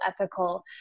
ethical